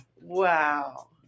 Wow